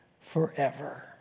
forever